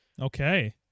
Okay